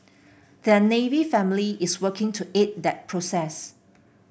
their Navy family is working to aid that process